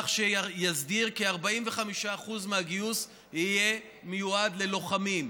כך שיסדיר שכ-45% מהגיוס יהיה מיועד ללוחמים.